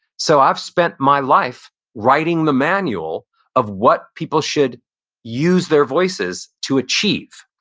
so i've spent my life writing the manual of what people should use their voices to achieve.